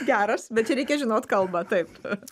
geras bet čia reikia žinot kalbą taip